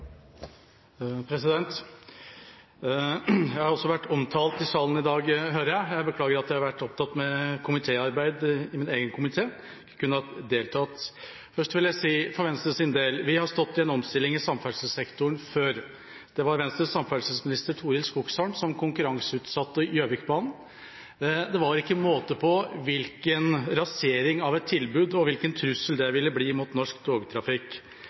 Jeg har også vært omtalt i salen i dag, hører jeg. Jeg beklager at jeg har vært opptatt med komitéarbeid i min egen komité istedenfor å kunne ha deltatt. Først vil jeg si for Venstres del at vi har stått i en omstilling i samferdselssektoren før. Det var daværende samferdselsminister fra Venstre, Torill Skogsholm, som konkurranseutsatte Gjøvikbanen. Det var ikke måte på hvilken rasering av et tilbud og hvilken trussel det ville bli mot norsk togtrafikk.